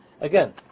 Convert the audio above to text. Again